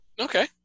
Okay